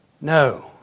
No